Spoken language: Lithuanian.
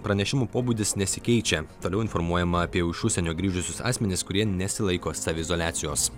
pranešimų pobūdis nesikeičia toliau informuojama apie iš užsienio grįžusius asmenis kurie nesilaiko saviizoliacijos